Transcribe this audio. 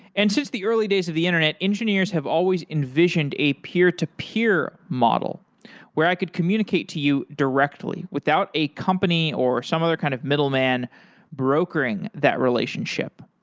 and since the early days of the internet, engineers have always envisioned a peer-to-peer model where i could communicate to you directly without a company or some other kind of middleman brokering that relationship.